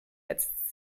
jetzt